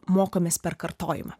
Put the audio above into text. mokomės per kartojimą